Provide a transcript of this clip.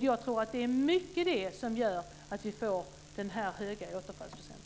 Jag tror att det mycket är det som gör att vi får den här höga återfallsprocenten.